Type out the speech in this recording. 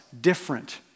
different